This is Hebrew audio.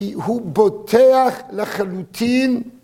‫הוא בוטח לחלוטין...